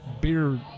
beer